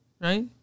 right